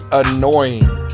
annoying